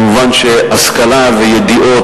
מובן שהשכלה וידיעות